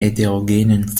heterogenen